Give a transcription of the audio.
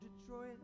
Detroit